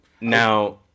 now